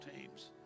teams